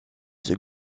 the